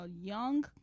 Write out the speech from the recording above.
young